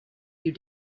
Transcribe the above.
you